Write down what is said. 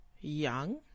young